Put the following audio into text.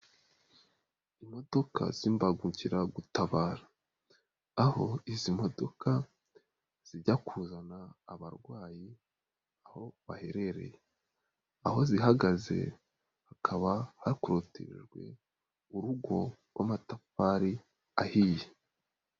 Imodoka z'imbagunkiragutabara. Aho izi modoka, zijya kuzana abarwayi aho baherereye. Aho zihagaze hakaba hakorotijwe urugo rw'amatafari ahiye.